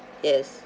yes